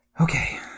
Okay